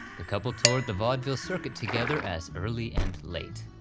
the couple toured the vaudeville circuit together as early and laight.